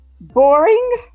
boring